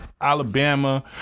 Alabama